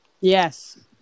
Yes